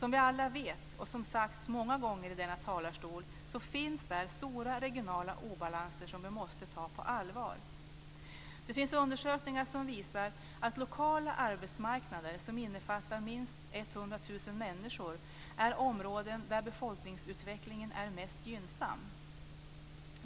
Som vi alla vet, och som sagts många gånger i denna talarstol, finns där stora regionala obalanser som vi måste ta på allvar. Det finns undersökningar som visar att lokala arbetsmarknader som innefattar minst 100 000 människor är områden där befolkningsutvecklingen är mest gynnsam.